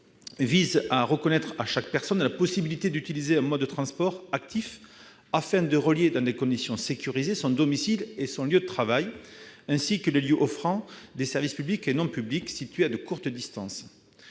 vise à reconnaître à chaque personne la possibilité d'utiliser un mode de transport actif afin de relier, dans des conditions sécurisées, son domicile et son lieu de travail, ainsi que les lieux offrant des services publics et non publics situés à de courtes distances.